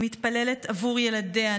היא מתפללת עבור ילדיה,